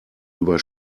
über